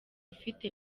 ufite